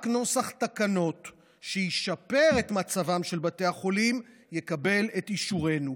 רק נוסח תקנות שישפר את מצבם של בתי החולים יקבל את אישורנו.